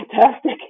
fantastic